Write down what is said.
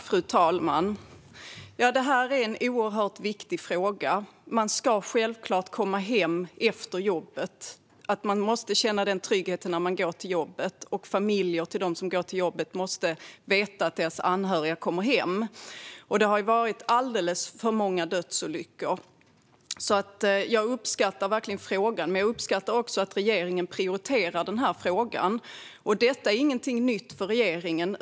Fru talman! Detta är en oerhört viktig fråga. Man ska självklart känna tryggheten när man går till jobbet att man ska komma hem efter jobbet. Familjer till dem som går till jobbet måste veta att deras anhöriga kommer hem. Det har varit alldeles för många dödsolyckor. Jag uppskattar verkligen att frågan har ställts, och jag uppskattar också att regeringen prioriterar frågan. Denna fråga är inte ny för regeringen.